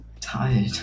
tired